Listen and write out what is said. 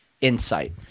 insight